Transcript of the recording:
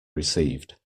received